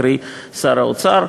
קרי שר האוצר.